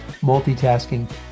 multitasking